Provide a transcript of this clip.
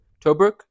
Tobruk